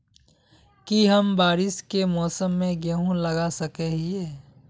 की हम बारिश के मौसम में गेंहू लगा सके हिए?